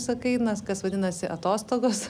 sakai na kas vadinasi atostogos